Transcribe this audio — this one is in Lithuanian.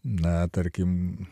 na tarkim